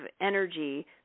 energy